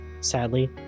Sadly